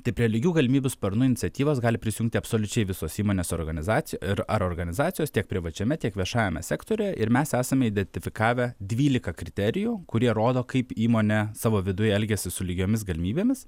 tai prie lygių galimybių sparnų iniciatyvos gali prisijungti absoliučiai visos įmonės organizacijos ir ar organizacijos tiek privačiame tiek viešajame sektoriuje ir mes esame identifikavę dvylika kriterijų kurie rodo kaip įmonė savo viduje elgiasi su lygiomis galimybėmis